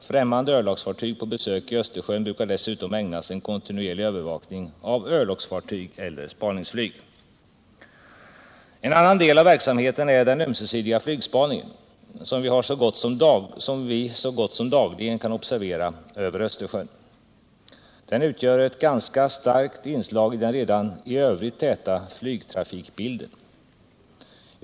Främmande örlogsfartyg på besök i Östersjön brukar dessutom ägnas en kontinuerlig övervakning av örlogsfartyg eller spanings Nyg. En annan del av verksamheten är den ömsesidiga flygspaningen, som vi så 175 gott som dagligen kan observera över Östersjön. Den utgör ett ganska starkt inslag i den redan i övrigt täta flygtrafikbilden.